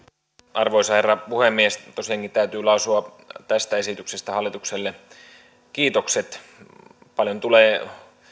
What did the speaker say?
arvoisa herra puhemies tosiaankin täytyy lausua tästä esityksestä hallitukselle kiitokset paljon tulee